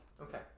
Okay